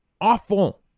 awful